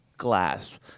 glass